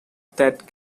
that